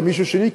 למישהו שני,